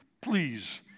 please